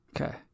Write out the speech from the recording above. okay